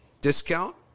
discount